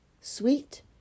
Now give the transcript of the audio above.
Sweet